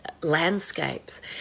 landscapes